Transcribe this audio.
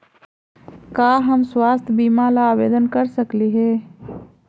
का हम स्वास्थ्य बीमा ला आवेदन कर सकली हे?